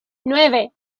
nueve